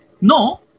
No